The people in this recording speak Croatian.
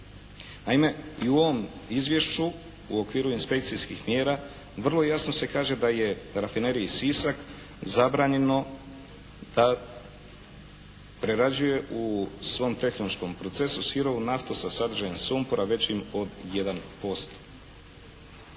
Naime, i u ovom izvješću u okviru inspekcijskih mjera vrlo jasno se kaže da je rafineriji Sisak zabranjeno da prerađuje u svom tehnološkom procesu sirovu naftu sa sadržajem sumpora većim od